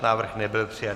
Návrh nebyl přijat.